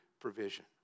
provision